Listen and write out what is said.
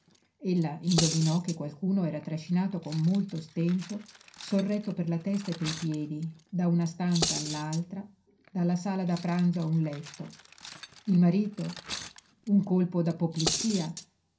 desinare ella indovinò che qualcuno era trascinato con molto stento sorretto per la testa e pei piedi da una stanza all'altra dalla sala da pranzo a un letto il marito un colpo d'apoplessia